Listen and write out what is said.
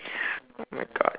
oh my god